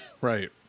Right